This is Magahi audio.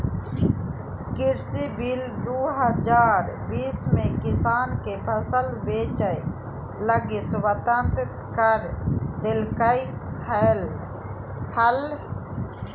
कृषि बिल दू हजार बीस में किसान के फसल बेचय लगी स्वतंत्र कर देल्कैय हल